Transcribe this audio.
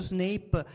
Snape